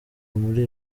muri